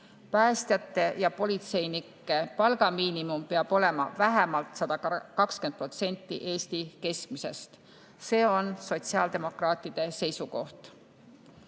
päästjate ja politseinike palgamiinimum peab olema vähemalt 120% Eesti keskmisest. See on sotsiaaldemokraatide seisukoht.